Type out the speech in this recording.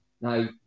Now